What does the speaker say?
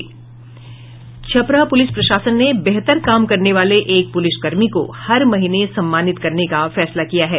Chhapra police प्रशासन ने बेहतर काम करने वाले एक पुलिसकर्मी को हर महीने सम्मानित करने का फैसला किया है